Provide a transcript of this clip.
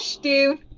dude